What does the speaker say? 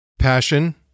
passion